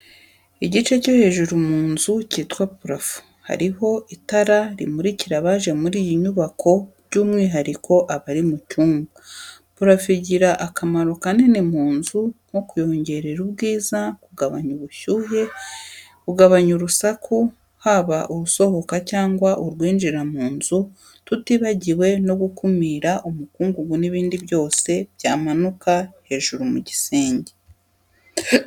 Igice cyo hejuru mu nzu kitwa purafo hariho itara rimurikira abaje muri iyi nyubako by'umwihariko abari mu cyumba. Purafo igira akamaro kanini mu nzu, nko kuyongerera ubwiza, kugabanya ubushyuhe, kuganya urusaku haba urusohoka cyangwa urwinjira mu nzu tutibagiwe no gukumira umukungugu n'ibindi byose byamanuka hejuru mu gisenge.